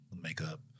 makeup